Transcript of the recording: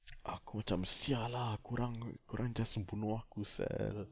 aku macam sia lah kau orang kau orang just bunuh aku sia